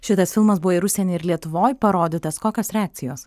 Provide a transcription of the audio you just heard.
šitas filmas buvo ir užsieny ir lietuvoje parodytas kokios reakcijos